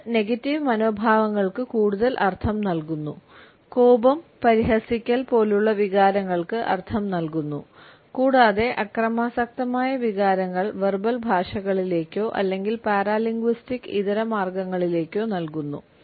ഇത് നെഗറ്റീവ് മനോഭാവങ്ങൾക്ക് കൂടുതൽ അർത്ഥം നൽകുന്നു കോപം പരിഹസിക്കൽ പോലുള്ള വികാരങ്ങൾക്ക് അർഥം നൽകുന്നു കൂടാതെ അക്രമാസക്തമായ വികാരങ്ങൾ വെർബൽ ഭാഷകളിലേക്കോ അല്ലെങ്കിൽ പാരാലിംഗുസ്റ്റിക് ഇതരമാർഗങ്ങളിലേക്കോ നൽകുന്നു